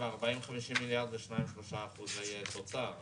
אגב, 40-50 מיליארד זה 2%-3% תוצר.